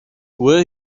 were